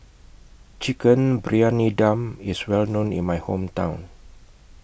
Chicken Briyani Dum IS Well known in My Hometown